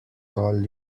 call